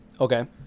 Okay